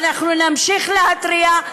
ואנחנו נמשיך להתריע,